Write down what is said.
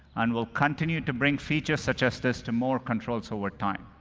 and we'll continue to bring features such as this to more controls over time.